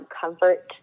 comfort